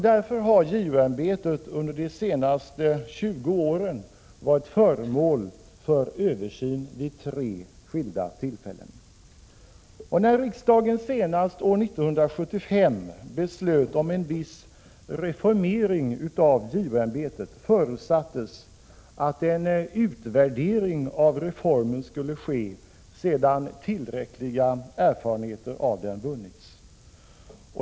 Därför har JO-ämbetet under de senaste 20 åren varit föremål för översyn vid tre skilda tillfällen. När riksdagen senast, år 1975, beslöt om en viss reformering av JO ämbetet förutsattes att en utvärdering av reformen skulle ske sedan tillräckliga erfarenheter av den vunnits.